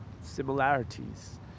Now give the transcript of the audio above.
similarities